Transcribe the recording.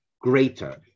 greater